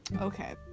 okay